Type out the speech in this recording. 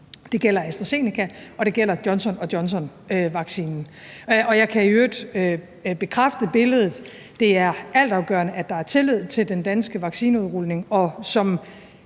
det gælder Johnson & Johnson-vaccinen. Jeg kan i øvrigt bekræfte billedet af, at det er altafgørende, at der er tillid til den danske vaccineudrulning,